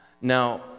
Now